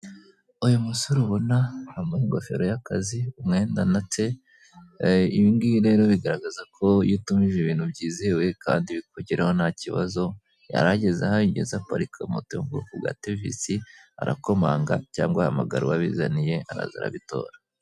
Uyu musore ubona yambaye ingofero y'akazi umwenda, ibi ngibi rero bigaragaza ko iyo utumije ibintu byizewe kandi bikugeraho nta kibazo, yarigeze aho yageze aparika moto yo mu bwoko bwa tovisi arakomanga cyangwa ahamagara uwo abizaniye araza arabitora.